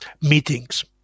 meetings